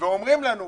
והם אומרים לנו ביחד: